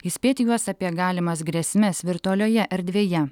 įspėti juos apie galimas grėsmes virtualioje erdvėje